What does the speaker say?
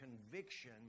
conviction